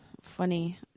funny